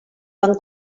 van